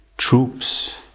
troops